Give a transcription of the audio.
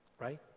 right